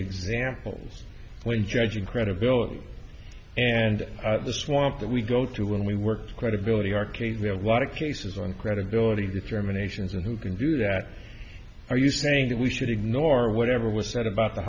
examples when judging credibility and the swamp that we go through when we work credibility arcade we have a lot of cases on credibility determinations and who can do that are you saying that we should ignore whatever was said about the